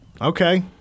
Okay